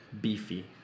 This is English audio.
Beefy